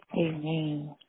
Amen